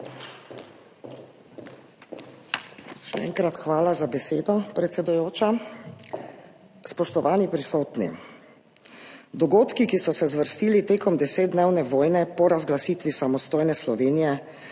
hvala za besedo, predsedujoča. Spoštovani prisotni! Dogodki, ki so se zvrstili tekom desetdnevne vojne po razglasitvi samostojne Slovenije,